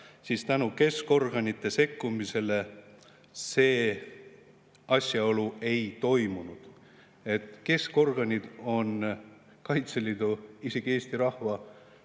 ja tänu keskorganite sekkumisele seda ei toimunud. Keskorganid on Kaitseliidu, isegi Eesti rahva